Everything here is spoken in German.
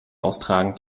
austragen